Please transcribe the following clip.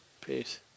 Peace